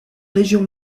région